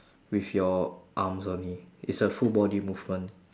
with your arms only it's a full body movement